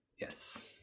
Yes